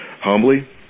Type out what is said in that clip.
humbly